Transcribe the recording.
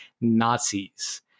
Nazis